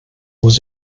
was